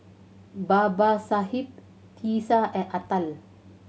Babasaheb Teesta and Atal